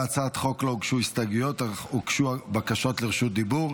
להצעת החוק לא הוגשו הסתייגויות אך הוגשו בקשות לרשות דיבור.